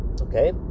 okay